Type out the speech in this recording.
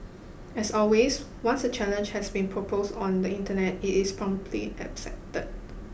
as always once a challenge has been proposed on the Internet it is promptly accepted